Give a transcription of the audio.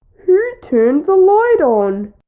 who turned the light on?